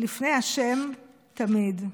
לפני ה' תמיד".